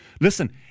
Listen